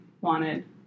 wanted